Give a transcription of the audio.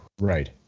Right